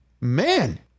Man